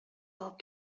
алып